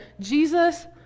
Jesus